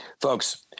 Folks